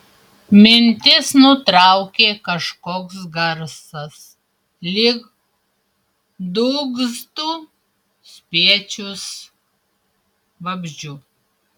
mintis nutraukė kažkoks garsas lyg dūgztų spiečius vabzdžių